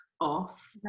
off